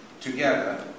together